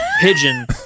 pigeon